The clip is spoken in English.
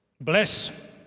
bless